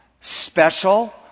special